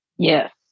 Yes